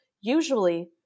usually